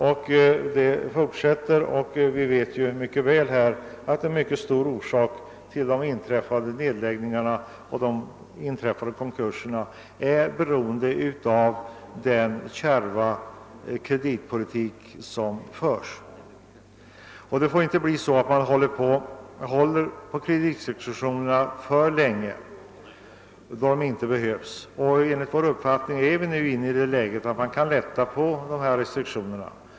Ökningen fortsätter, och alla vet att nedläggningarna och konkurserna till stor del beror på den kärva kreditpolitik som förs. Kreditrestriktionerna får därför inte behållas längre än vad som är alldeles ofrånkomligt, och enligt vår uppfattning är nu läget sådant att man kan lätta på restriktionerna.